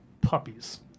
puppies